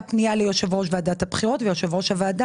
הייתה פניה ליו"ר ועדת הבחירות ויושב-ראש הוועדה